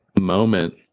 moment